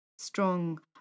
Strong